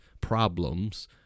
problems